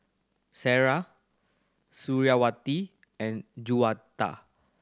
Sarah Suriawati and Juwita